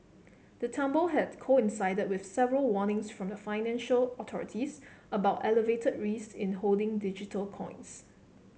the tumble had coincided with several warnings from financial authorities about elevated risk in holding digital coins